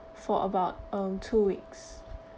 for about um two weeks